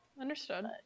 understood